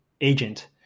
agent